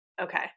Okay